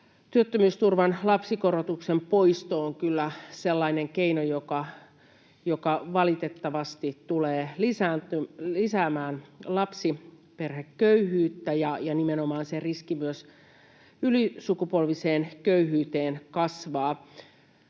työttömyysturvan lapsikorotuksen poisto on kyllä sellainen keino, joka valitettavasti tulee lisäämään lapsiperheköyhyyttä, ja nimenomaan se riski myös ylisukupolviseen köyhyyteen kasvaa.